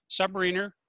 submariner